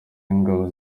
w’ingabo